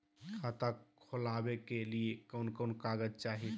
खाता खोलाबे के लिए कौन कौन कागज चाही?